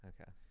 Okay